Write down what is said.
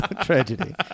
tragedy